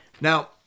Now